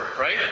right